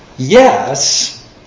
Yes